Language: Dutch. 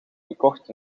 gekocht